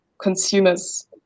consumers